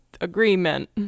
agreement